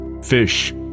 Fish